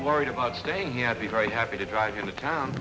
worried about staying here be very happy to drive into town